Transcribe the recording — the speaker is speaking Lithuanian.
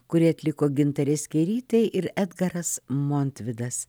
kurį atliko gintarė skėrytė ir edgaras montvidas